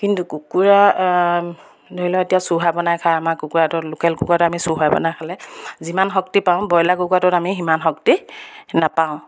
কিন্তু কুকুৰা ধৰি লওক এতিয়া চুৰুহা বনাই খায় আমাৰ কুকুৰাটো লোকেল কুকুৰাটো আমি চুৰুহাই বনাই খালে যিমান শক্তি পাওঁ ব্ৰইলাৰ কুকুৰাটোত আমি সিমান শক্তি নাপাওঁ